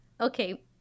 Okay